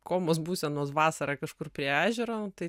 komos būsenos vasarą kažkur prie ežero tai